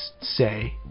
say